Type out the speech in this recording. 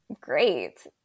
great